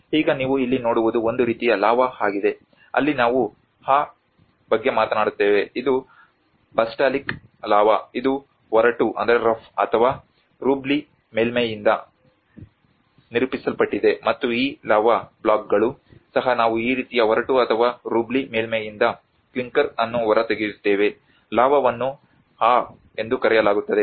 ಈಗ ನೀವು ಇಲ್ಲಿ ನೋಡುವುದು ಒಂದು ರೀತಿಯ ಲಾವಾ ಆಗಿದೆ ಅಲ್ಲಿ ನಾವು Aa ಬಗ್ಗೆ ಮಾತನಾಡುತ್ತೇವೆ ಇದು ಬಸಾಲ್ಟಿಕ್ ಲಾವಾ ಇದು ಒರಟು ಅಥವಾ ರುಬ್ಲಿ ಮೇಲ್ಮೈಯಿಂದ ನಿರೂಪಿಸಲ್ಪಟ್ಟಿದೆ ಮತ್ತು ಈ ಲಾವಾ ಬ್ಲಾಕ್ಗಳು ಸಹ ನಾವು ಈ ರೀತಿಯ ಒರಟು ಅಥವಾ ರುಬ್ಲಿ ಮೇಲ್ಮೈಯಿಂದ ಕ್ಲಿಂಕರ್ ಅನ್ನು ಹೊರತೆಗೆಯುತ್ತೇವೆ ಲಾವಾವನ್ನು Aa ಎಂದು ಕರೆಯಲಾಗುತ್ತದೆ